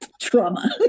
Trauma